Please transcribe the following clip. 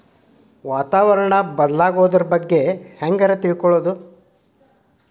ವಾತಾವರಣ ಬದಲಾಗೊದ್ರ ಬಗ್ಗೆ ಹ್ಯಾಂಗ್ ರೇ ತಿಳ್ಕೊಳೋದು?